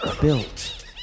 built